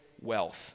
wealth